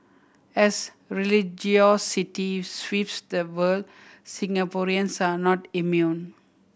as religiosity sweeps the world Singaporeans are not immune